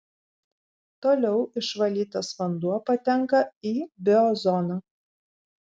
toliau išvalytas vanduo patenka į biozoną